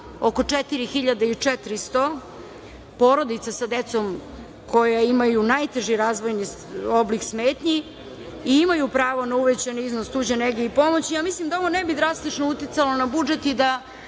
oko 4.400, porodica sa decom koja imaju najteži razvojni oblik smetnji, i imaju pravo na uvećan iznos tuđe nege i pomoći ja mislim da ovo ne bi drastično uticalo na budžet i da